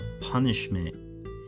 punishment